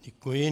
Děkuji.